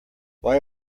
why